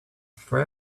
for